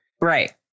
Right